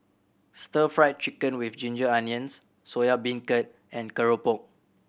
Stir Fry Chicken with ginger onions Soya Beancurd and keropok